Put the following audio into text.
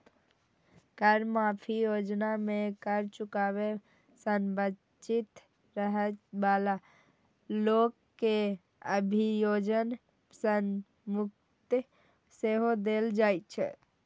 कर माफी योजना मे कर चुकाबै सं वंचित रहै बला लोक कें अभियोजन सं मुक्ति सेहो देल जाइ छै